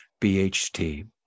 bht